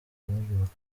guhaguruka